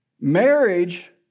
Marriage